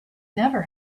never